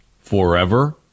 forever